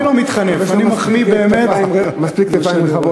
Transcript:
הרבה מחמאות.